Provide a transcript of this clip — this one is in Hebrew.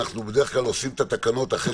אנחנו בדרך כלל עושים את התקנות אחרי